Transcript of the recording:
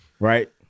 Right